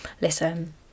listen